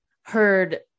heard